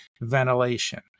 ventilation